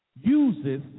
uses